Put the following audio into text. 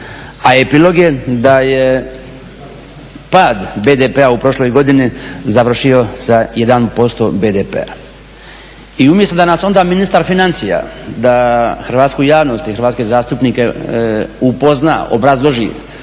A i prilog je da je pad BDP-a u prošloj godini završio sa 1% BDP-a. I umjesto da nas onda ministar financija da hrvatsku javnost i hrvatske zastupnike upozna, obrazloži